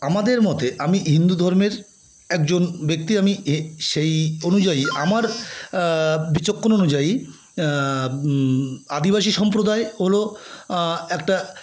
আমাদের মতে আমি হিন্দু ধর্মের একজন ব্যক্তি আমি সেই অনুযায়ী আমার বিচক্ষণ অনুযায়ী আদিবাসী সম্প্রদায় হল একটা